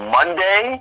Monday